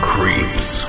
Creeps